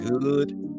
good